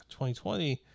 2020